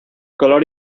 color